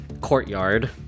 courtyard